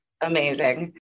Amazing